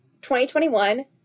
2021